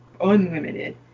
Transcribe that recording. unlimited